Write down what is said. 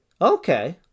Okay